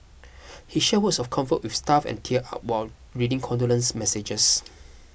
he shared words of comfort with staff and teared up while reading condolence messages